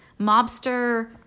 mobster